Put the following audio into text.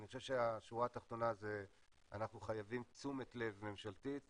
אני חושב שהשורה התחתונה היא שאנחנו חייבים תשומת לב ממשלתית,